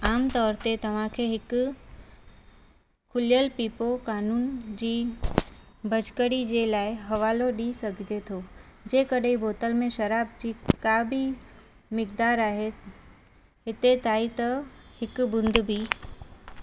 आमु तौर ते तव्हांखे हिकु खुलियल पीपो क़ानून जी भञकड़ी जे लाइ हवालो ॾेई सघिजे थो जे कड॒हिं बोतल में शराब जी का बि मिक़दारु आहे हिते ताईं त हिकु बूंद बि